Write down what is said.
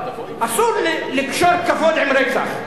אסור לקשור כבוד עם רצח,